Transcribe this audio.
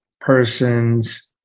person's